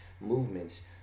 movements